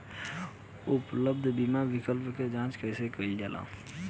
उपलब्ध बीमा विकल्प क जांच कैसे कइल जाला?